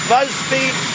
BuzzFeed